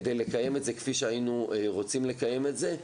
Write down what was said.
כדי לקיים את זה כפי שהיינו רוצים לקיים את זה.